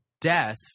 death